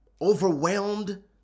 overwhelmed